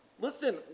Listen